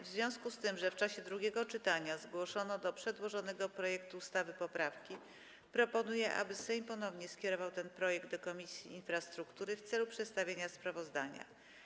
W związku z tym, że w czasie drugiego czytania zgłoszono poprawki do przedłożonego projektu ustawy, proponuję, aby Sejm ponownie skierował ten projekt do Komisji Infrastruktury w celu przedstawienia sprawozdania.